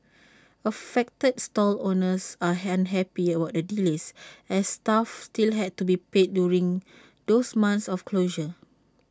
affected stall owners are unhappy about the delays as staff still had to be paid during those months of closure